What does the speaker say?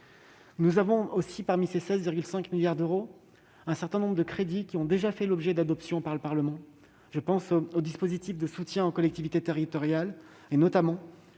». De plus, parmi ces 16,5 milliards d'euros, un certain nombre de crédits ont déjà fait l'objet d'une adoption par le Parlement. Je pense aux dispositifs de soutien aux collectivités territoriales et notamment